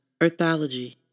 Earthology